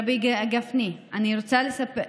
רבי גפני, אני רוצה לספר.